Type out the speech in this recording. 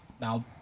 Now